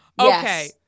Okay